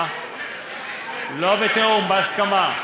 רגע, בתיאום, לא בתיאום, בהסכמה.